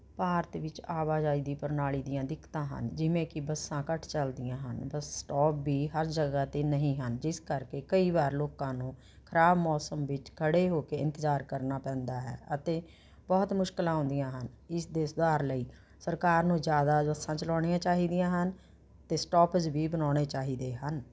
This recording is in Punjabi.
ਭਾਰਤ ਵਿੱਚ ਆਵਾਜਾਈ ਦੀ ਪ੍ਰਣਾਲੀ ਦੀਆਂ ਦਿੱਕਤਾਂ ਹਨ ਜਿਵੇਂ ਕਿ ਬੱਸਾਂ ਘੱਟ ਚਲਦੀਆਂ ਹਨ ਬੱਸ ਸਟੋਪ ਵੀ ਹਰ ਜਗ੍ਹਾ 'ਤੇ ਨਹੀਂ ਹਨ ਜਿਸ ਕਰਕੇ ਕਈ ਵਾਰ ਲੋਕਾਂ ਨੂੰ ਖ਼ਰਾਬ ਮੌਸਮ ਵਿੱਚ ਖੜ੍ਹੇ ਹੋ ਕੇ ਇੰਤਜ਼ਾਰ ਕਰਨਾ ਪੈਂਦਾ ਹੈ ਅਤੇ ਬਹੁਤ ਮੁਸ਼ਕਿਲਾਂ ਆਉਂਦੀਆਂ ਹਨ ਇਸ ਦੇ ਸੁਧਾਰ ਲਈ ਸਰਕਾਰ ਨੂੰ ਜ਼ਿਆਦਾ ਬੱਸਾਂ ਚਲਾਉਣੀਆਂ ਚਾਹੀਦੀਆਂ ਹਨ ਅਤੇ ਸਟੋਪਜ ਵੀ ਬਣਾਉਣੇ ਚਾਹੀਦੇ ਹਨ